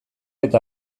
eta